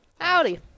howdy